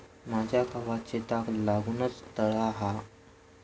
माझ्या गावात शेताक लागूनच तळा हा